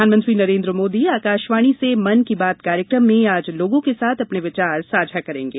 प्रधानमंत्री नरेन्द्र मोदी आकशवाणी से मन की बात कार्यक्रम में आज लोगो के साथ अपने विचार साझा करेंगे